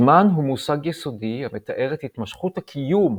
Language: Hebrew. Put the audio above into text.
זמן הוא מושג יסודי המתאר את התמשכות הקיום,